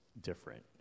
different